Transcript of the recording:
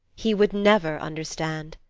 he would never understand.